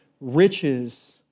riches